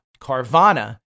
Carvana